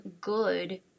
good